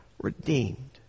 redeemed